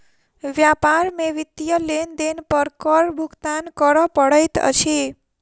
व्यापार में वित्तीय लेन देन पर कर भुगतान करअ पड़ैत अछि